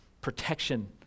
protection